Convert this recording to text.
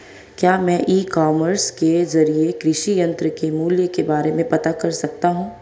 क्या मैं e commerce के ज़रिए कृषि यंत्र के मूल्य के बारे में पता कर सकता हूँ?